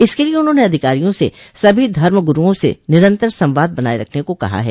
इसके लिए उन्होंने अधिकारियों से सभी धर्मगुरूओं से निरंतर संवाद बनाने रखने को कहा है